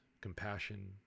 compassion